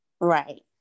Right